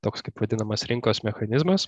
toks kaip vadinamas rinkos mechanizmas